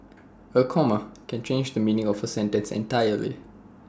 A comma can change the meaning of A sentence entirely